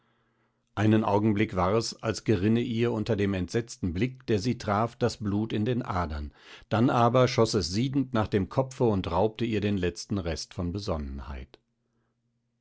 einen augenblick war es als gerinne ihr unter dem entsetzten blick der sie traf das blut in den adern dann aber schoß es siedend nach dem kopfe und raubte ihr den letzten rest von besonnenheit